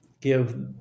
give